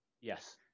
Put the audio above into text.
Yes